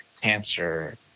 Cancer